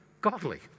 godly